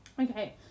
Okay